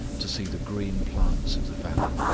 to see the green plants of the valley,